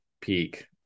peak